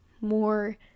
more